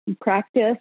practice